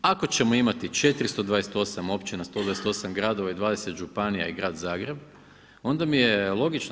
Ako ćemo imati 428 općina, 128 gradova i 20 županija i grad Zagreb onda mi je logično.